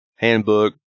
Handbook